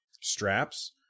straps